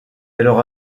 alors